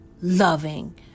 loving